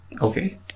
okay